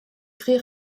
cris